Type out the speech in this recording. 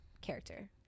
character